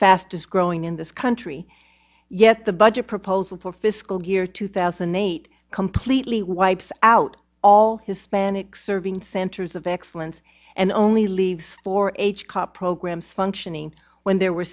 fastest growing in this country yet the budget proposal for fiscal year two thousand and eight completely wipes out all hispanic serving centers of excellence and only leaves four h ca programs functioning when there were